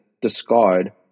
discard